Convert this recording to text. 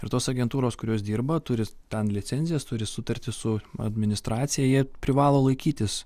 ir tos agentūros kurios dirba turi tam licenzijas turi sutartį su administracija jie privalo laikytis